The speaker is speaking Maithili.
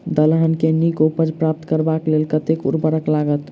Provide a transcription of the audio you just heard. दलहन केँ नीक उपज प्राप्त करबाक लेल कतेक उर्वरक लागत?